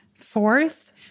Fourth